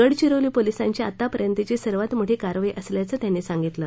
गडचिरोली पोलिसांची आतापर्यंतची ही सर्वात मोठी कारवाई असल्याचं त्यांनी सांगितलं